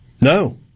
No